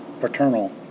paternal